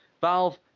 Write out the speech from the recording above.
Valve